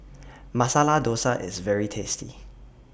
Masala Dosa IS very tasty